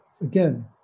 Again